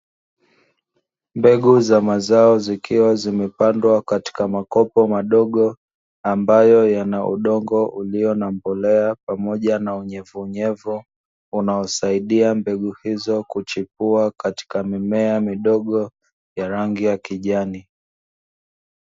Mbegu za mazao zikiwa zimepandwa katika makopo madogo, ambayo yana udongo ulio na mbolea pamoja na unyevunyevu, unaosaidia mbegu hizo kuchipua katika mimea midogo ya rangi ya kijani.